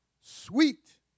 sweet